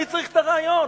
מי צריך את הרעיון?